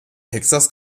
texas